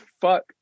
fuck